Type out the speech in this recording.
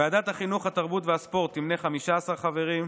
ועדת החינוך, התרבות והספורט תמנה 15 חברים: